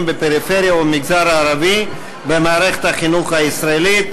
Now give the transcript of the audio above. בפריפריה ובמגזר הערבי במערכת החינוך הישראלית,